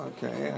Okay